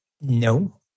No